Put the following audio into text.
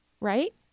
right